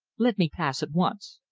let me pass at once.